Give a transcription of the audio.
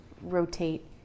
rotate